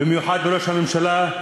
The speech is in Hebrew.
ובמיוחד מראש הממשלה,